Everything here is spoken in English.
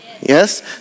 Yes